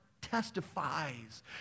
testifies